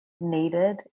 needed